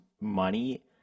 money